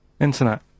Internet